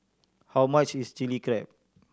how much is Chili Crab